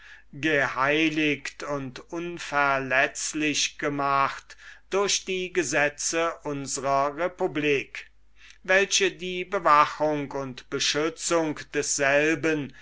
geheiligt und unverletzlich gemacht durch die gesetze unsrer republik welche die bewachung und beschützung desselben